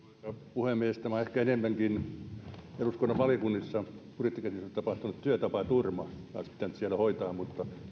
puhemies tämä on ehkä enemmänkin eduskunnan valiokunnissa budjettikäsittelyssä tapahtunut työtapaturma tämä olisi pitänyt siellä hoitaa mutta